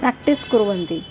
practice कुर्वन्ति